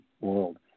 world